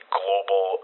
global